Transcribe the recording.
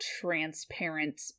transparent